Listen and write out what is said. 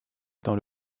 dans